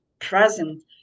present